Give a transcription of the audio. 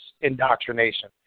indoctrination